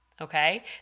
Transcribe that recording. okay